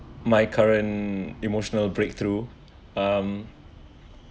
my current emotional breakthrough um